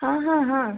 हाँ हाँ हाँ